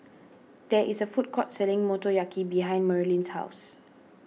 there is a food court selling Motoyaki behind Marylyn's house